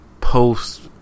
post